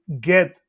get